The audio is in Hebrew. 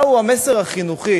מהו המסר החינוכי